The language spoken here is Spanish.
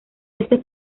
ese